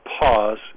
pause